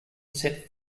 set